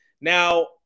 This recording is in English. Now